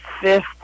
fifth